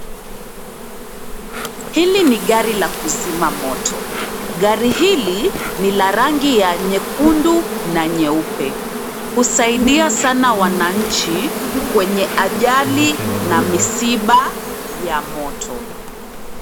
Hili ni gari la kuzima moto. Gari hili ni la rangi ya nyekundu na nyeupe. Husaidia sana wananchi kwenye ajali ya misiba na moto.